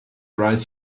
right